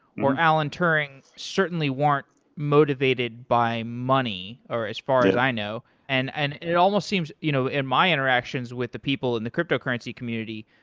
or alan turing, certainly weren't motivated by money, or as far as i know. and and it almost seems you know in my interactions with the people in the cryptocurrency community,